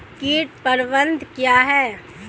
कीट प्रबंधन क्या है?